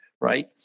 right